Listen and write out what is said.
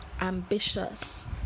ambitious